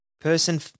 person